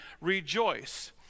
rejoice